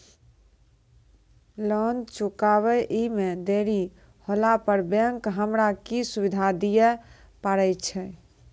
Loan चुकब इ मे देरी होला पर बैंक हमरा की सुविधा दिये पारे छै?